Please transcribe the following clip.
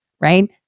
right